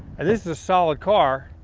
and this is a solid car,